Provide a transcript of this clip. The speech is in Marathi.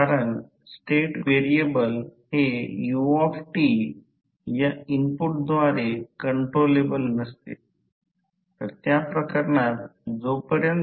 म्हणजेच output x P fl P fl प्रत्यक्षात पूर्ण भार आउटपुट